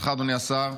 ולך אדוני השר: